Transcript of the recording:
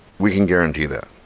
we can guarantee that.